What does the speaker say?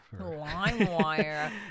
LimeWire